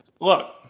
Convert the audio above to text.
Look